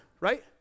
right